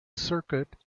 circuit